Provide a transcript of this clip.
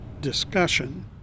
discussion